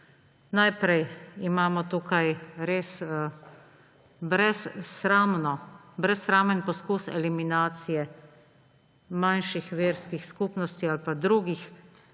Najprej imamo tukaj res brezsramen poskus eliminacije manjših verskih skupnosti ali pa drugih